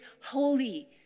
holy